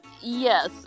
yes